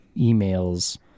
emails